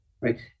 right